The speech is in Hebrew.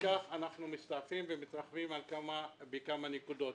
בכך אנחנו מסתעפים ומתרחבים בכמה נקודות.